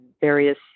various